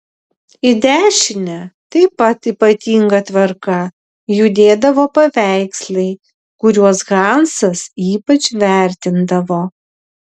į dešinę taip pat ypatinga tvarka judėdavo paveikslai kuriuos hansas ypač vertindavo